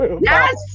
Yes